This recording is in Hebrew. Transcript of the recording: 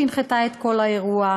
שהנחתה את כל האירוע,